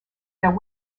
their